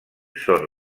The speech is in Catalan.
són